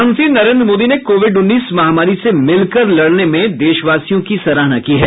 प्रधानमंत्री नरेन्द्र मोदी ने कोविड उन्नीस महामारी से मिलकर लड़ने में देशवासियों की सराहना की है